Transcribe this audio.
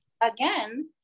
again